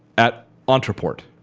at ontraport.